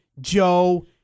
Joe